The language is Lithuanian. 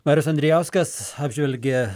marius andrijauskas apžvelgia